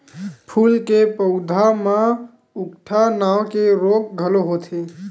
फूल के पउधा म उकठा नांव के रोग घलो होथे